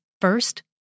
First